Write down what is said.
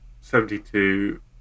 Seventy-two